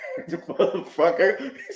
Motherfucker